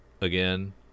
again